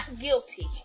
guilty